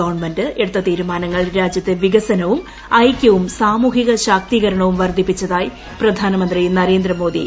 government എടുത്ത തീരുമാനങ്ങൾ രാജ്യത്ത് വികസനവും ഐകൃവും സാമൂഹിക ശാക്തീകരണവും വർദ്ധിപ്പിപ്പിച്ചതായി പ്രധാനമന്ത്രി നരേന്ദ്രമോദി